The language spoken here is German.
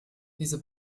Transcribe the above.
diese